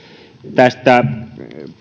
tästä